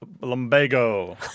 Lumbago